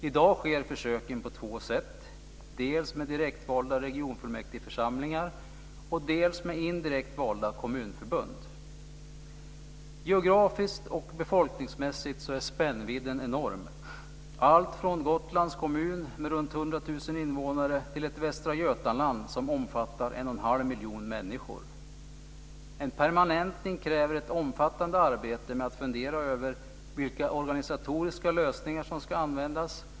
I dag sker försöken på två sätt, dels med direktvalda regionfullmäktigeförsamlingar, dels med indirekt valda kommunförbund. Geografiskt och befolkningsmässigt är spännvidden enorm - allt från Gotlands kommun med runt 100 000 invånare till ett Västra Götaland som omfattar 1 1⁄2 miljon människor.